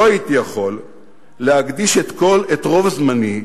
לא הייתי יכול להקדיש את רוב זמני,